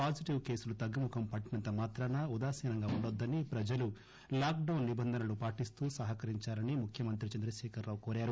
positive కేసులు తగ్గుముఖం పట్టినంత మాత్రాన ఉదాసీనంగా ఉండొద్దని ప్రజలు లాక్ డౌన్ నిబంధనలు పాటిస్తూ సహకరించాలని ముఖ్యమంత్రి చంద్రశేఖర రావు కోరారు